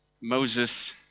Moses